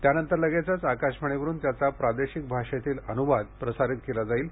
त्यानंतर लगेचच आकाशवाणीवरुन त्याचा प्रादेशिक भाषेतील अनुवाद प्रसारित केला जाईल